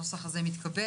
הצו בנוסח הזה מתקבל.